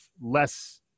less